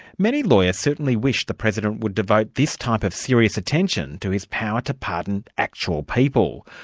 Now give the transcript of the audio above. many lawyers certainly wish the president would devote this type of serious attention to his power to pardon actual people.